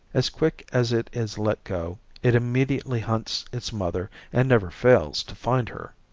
as quick as it is let go it immediately hunts its mother and never fails to find her.